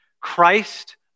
Christ